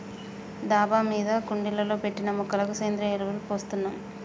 డాబా మీద కుండీలలో పెట్టిన మొక్కలకు సేంద్రియ ఎరువులు పోస్తున్నాం